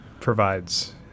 provides